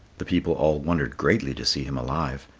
the people all wondered greatly to see him alive.